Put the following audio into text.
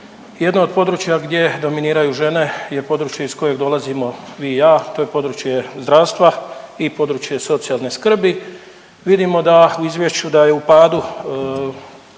jedno od područja gdje dominiraju žene je područje iz kojeg dolazimo vi i ja to je područje zdravstva i područja socijalne skrbi. Vidimo u izvješću da je u padu